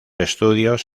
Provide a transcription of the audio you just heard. estudios